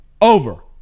Over